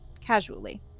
casually